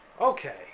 Okay